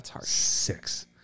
Six